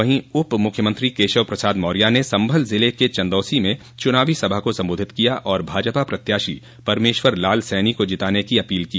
वहीं उप मुख्यमंत्री केशव प्रसाद मौर्या ने सम्भल जिले के चन्दौसी में चुनावी सभा को सम्बोधित किया और भाजपा प्रत्याशी परमेश्वर लाल सैनी को जिताने की अपील की